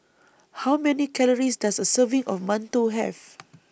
How Many Calories Does A Serving of mantou Have